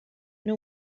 know